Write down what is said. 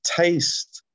taste